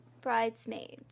Bridesmaids